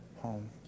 home